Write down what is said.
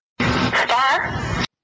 star